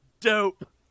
dope